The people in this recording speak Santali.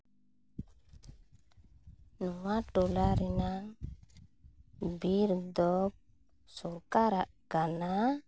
ᱱᱚᱣᱟ ᱴᱚᱞᱟ ᱨᱮᱱᱟᱝ ᱵᱤᱨ ᱫᱚ ᱥᱚᱨᱠᱟᱨᱟᱜ ᱠᱟᱱᱟ